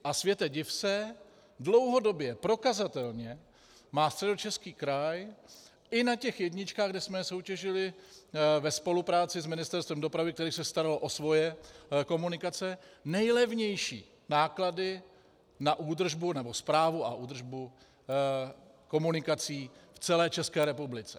A světe, div se, dlouhodobě prokazatelně má Středočeský kraj i na jedničkách, kde jsme soutěžili ve spolupráci s Ministerstvem dopravy, které se staralo o svoje komunikace, nejlevnější náklady na správu a údržbu komunikací v celé České republice.